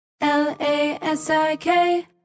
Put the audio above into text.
l-a-s-i-k